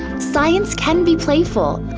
science can be playful,